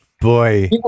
Boy